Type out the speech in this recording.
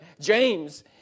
james